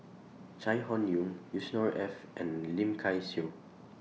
Chai Hon Yoong Yusnor Ef and Lim Kay Siu